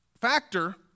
factor